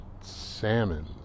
salmon